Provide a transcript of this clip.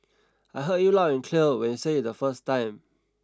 I heard you loud and clear when you said it the first time